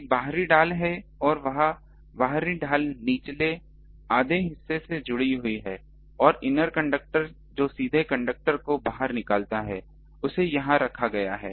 एक बाहरी ढाल है और वह बाहरी ढाल निचले आधे हिस्से से जुड़ी हुई है और इनर कंडक्टर जो सीधे कंडक्टर को बाहर निकालता है उसे यहां रखा गया है